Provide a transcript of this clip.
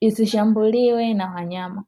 isishambuliwe na wanyama.